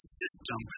system